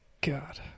God